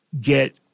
get